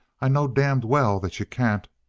i know damned well that you can't.